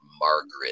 Margaret